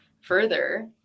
further